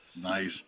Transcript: Nice